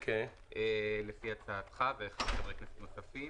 לפי הצעתך ושל חברי כנסת נוספים.